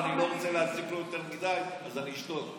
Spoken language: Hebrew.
ואני לא רוצה להזיק לו יותר מדי אז אני אשתוק.